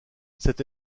cette